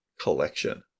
collection